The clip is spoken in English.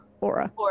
Aura